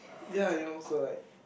ya you know so like